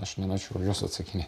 aš nenorėčiau į juos atsakinėti